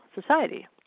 society